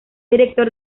director